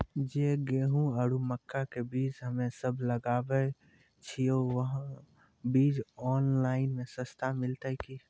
जे गेहूँ आरु मक्का के बीज हमे सब लगावे छिये वहा बीज ऑनलाइन मे सस्ता मिलते की?